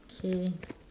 okay